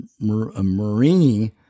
Marini